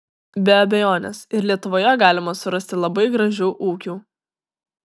be abejonės ir lietuvoje galima surasti labai gražių ūkių